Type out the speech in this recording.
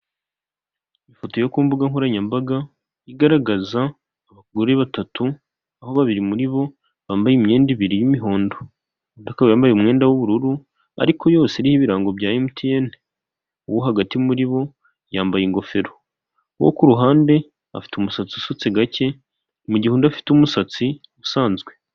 Kugira ngo utere imbere bisaba kuba wakoze aya mapikipiki atatu aragaragaza ko aba bantu bayatwara baba bari mu kazi, ibi bibahesha kubaho ndetse bigatuma n'imiryango y'abo igira ubuzima bwiza.